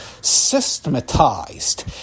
systematized